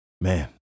Man